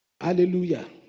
Hallelujah